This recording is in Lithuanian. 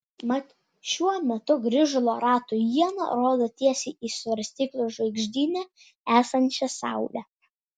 mat šiuo metu grįžulo ratų iena rodo tiesiai į svarstyklių žvaigždyne esančią saulę